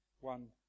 one